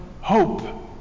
hope